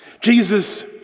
Jesus